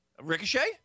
Ricochet